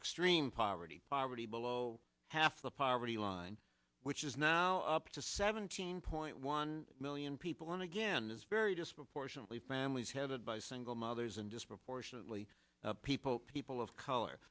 extreme poverty poverty below half the poverty line which is now up to seventeen point one million people in again it's very disproportionately families headed by single mothers and disproportionately people people of color